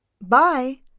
Bye